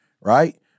right